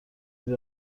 این